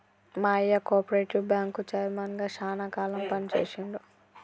మా అయ్య కోపరేటివ్ బ్యాంకుకి చైర్మన్ గా శానా కాలం పని చేశిండు